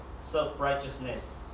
self-righteousness